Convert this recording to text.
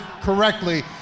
correctly